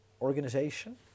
organization